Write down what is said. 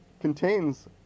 contains